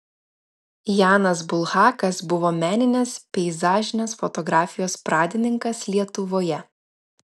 janas bulhakas buvo meninės peizažinės fotografijos pradininkas lietuvoje